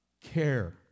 care